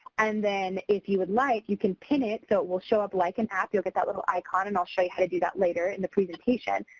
and then, if you would like you can pin it so it will show up like an app. you'll get that little icon and i will show you how to do that later in the presentation.